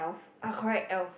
ah correct Elf